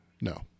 No